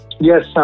Yes